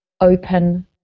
open